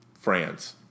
France